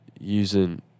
using